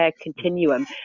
continuum